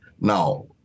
Now